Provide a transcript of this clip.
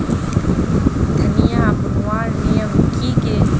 धनिया बूनवार नियम की गे?